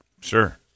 Sure